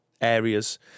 areas